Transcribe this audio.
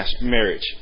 marriage